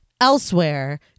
Elsewhere